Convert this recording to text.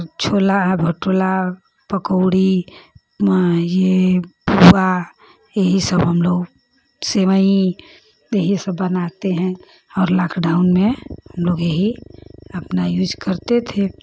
छोला है भटूरा पकौड़ी यह पुआ यही सब हमलोग सेवई यही सब बनाते हैं और लॉकडाउन में हमलोग यही अपना यूज़ करते थे